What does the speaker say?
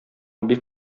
бик